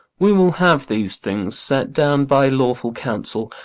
we will have these things set down by lawful counsel,